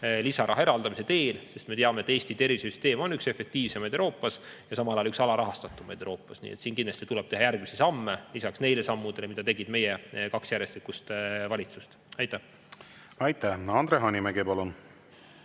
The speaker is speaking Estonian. lisaraha eraldamise teel. Me teame, et Eesti tervishoiusüsteem on üks efektiivsemaid ja samal ajal üks alarahastatumaid Euroopas. Siin tuleb kindlasti teha järgmisi samme lisaks neile sammudele, mida tegid meie kaks järjestikust valitsust. Aitäh! Andre Hanimägi, palun!